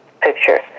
picture